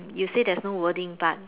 you say there's no wording but